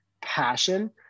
passion